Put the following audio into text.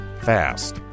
fast